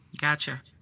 Gotcha